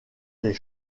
des